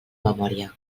memòria